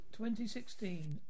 2016